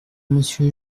monsieur